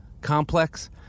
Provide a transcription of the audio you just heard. Complex